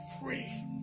free